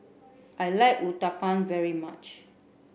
I like Uthapam very much